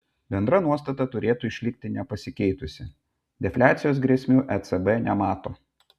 bendra nuostata turėtų išlikti nepasikeitusi defliacijos grėsmių ecb nemato